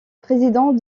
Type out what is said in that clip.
président